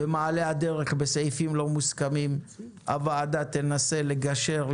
במעלה הדרך בסעיפים לא מוסכמים הוועדה תנסה לגשר,